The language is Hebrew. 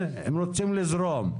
רוצים לזרום.